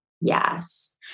yes